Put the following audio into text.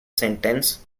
sentence